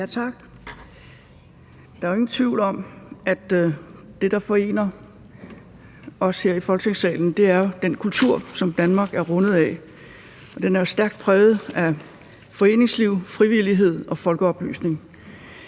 Tak. Der er jo ingen tvivl om, at det, der forener os her i Folketingssalen, er den kultur, som Danmark er rundet af. Den er jo stærkt præget af foreningsliv, frivillighed og folkeoplysning.